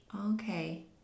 Okay